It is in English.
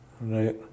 Right